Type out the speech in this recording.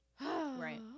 Right